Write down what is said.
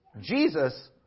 Jesus